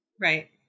right